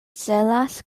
celas